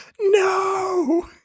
no